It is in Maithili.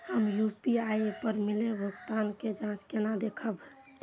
हम यू.पी.आई पर मिलल भुगतान के जाँच केना देखब?